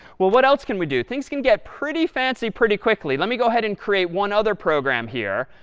well, what else can we do? things can get pretty fancy pretty quickly. let me go ahead and create one other program here.